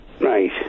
Right